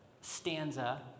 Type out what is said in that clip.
stanza